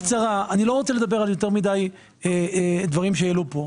אני לא רוצה לדבר על יותר מידי דברים שהעלו פה.